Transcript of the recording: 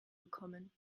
gekommen